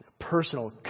personal